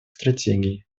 стратегий